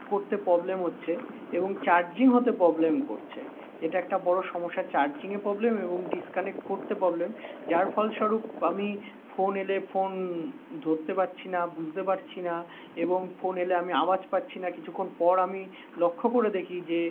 করতে প্রবলেম হচ্ছে এবং চার্জিং হতে প্রবলেম করছে এটা একটা বড় সমস্যা চার্জিংয়ে প্রবলেম এবং ডিসকানেক্ট করতে প্রবলেম যার ফলস্বরূপ আমি ফোন এলে ফোন ধরতে পারছি না বুঝতে পারছি না এবং ফোন এলে আমি আওয়াজ পাচ্ছি না কিছুখন পর আমি লক্ষ্য করে দেখি যে